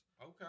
okay